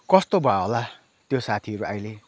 कस्तो भयो होला त्यो साथीहरू अहिले